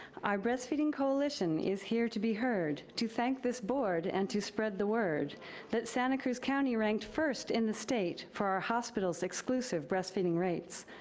our breastfeeding coalition is here to be heard to thank this board and to spread the word that santa cruz county ranked first in the state for our hospitals exclusive breastfeeding rates.